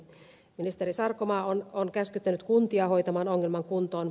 ministeri sarkomaa on käskyttänyt kuntia hoitamaan ongelman kuntoon